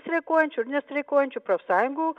streikuojančių ir nestreikuojančių profsąjungų